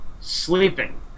sleeping